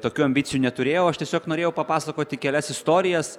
tokių ambicijų neturėjau aš tiesiog norėjau papasakoti kelias istorijas